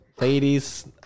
Ladies